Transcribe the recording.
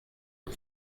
une